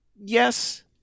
Yes